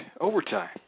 overtime